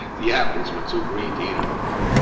the apples were too green to eat i remember.